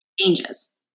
changes